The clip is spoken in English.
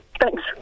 Thanks